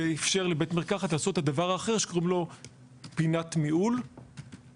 ואיפשר לבית המרקחת לעשות את הדבר האחר שקוראים לו "פינת מיהול וחדר